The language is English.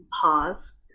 pause